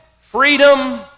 freedom